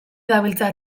dabiltza